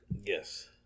Yes